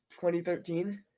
2013